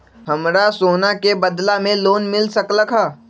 हमरा सोना के बदला में लोन मिल सकलक ह?